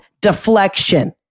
deflection